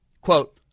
Quote